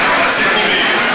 לא כיבדו אותם.